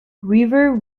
river